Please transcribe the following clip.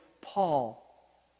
Paul